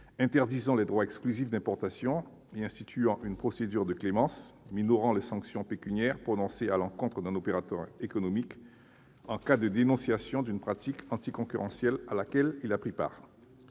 interdisant les droits exclusifs d'importation et instituant une procédure de clémence minorant les sanctions pécuniaires prononcées à l'encontre d'un opérateur économique en cas de dénonciation d'une pratique anticoncurrentielle à laquelle il a pris part.